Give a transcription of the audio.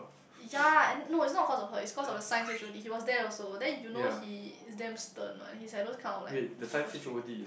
ya and no it's not cause of her it's cause of the science H_O_D he was there also then you know he damn stern one he's that kind like super strict